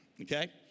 okay